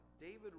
David